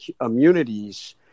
immunities